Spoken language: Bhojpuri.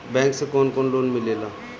बैंक से कौन कौन लोन मिलेला?